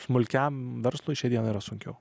smulkiam verslui šiandien yra sunkiau